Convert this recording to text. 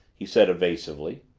he said evasively.